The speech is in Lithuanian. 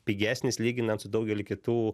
pigesnis lyginant su daugeliu kitų